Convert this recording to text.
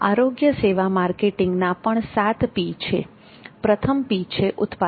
આરોગ્ય સેવા માર્કેટિંગના પણ સાત પી છે પ્રથમ P છે ઉત્પાદન